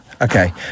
Okay